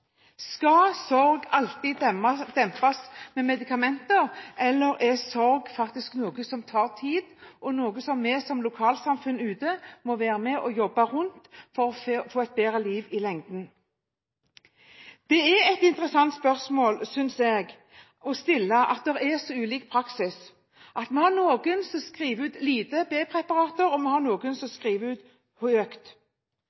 Skal sorg alltid dempes med medikamenter, eller er sorg noe som faktisk tar tid, og noe som vi som lokalsamfunn må være med og jobbe med, for å få et bedre liv i lengden? Det er interessant å stille spørsmål ved at det er så ulik praksis. Noen skriver ut lite B-preparater, noen skriver ut mye, og mange er usikre på nytteverdien. Da er spørsmålet, som